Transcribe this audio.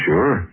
Sure